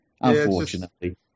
unfortunately